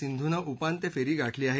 सिंधूनं उपांत्य फेरी गाठली आहे